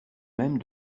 mêmes